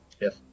Yes